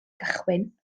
gychwyn